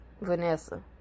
Vanessa